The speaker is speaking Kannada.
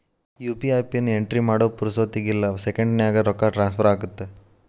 ಯು.ಪಿ.ಐ ಪಿನ್ ಎಂಟ್ರಿ ಮಾಡೋ ಪುರ್ಸೊತ್ತಿಗಿಲ್ಲ ಸೆಕೆಂಡ್ಸ್ನ್ಯಾಗ ರೊಕ್ಕ ಟ್ರಾನ್ಸ್ಫರ್ ಆಗತ್ತ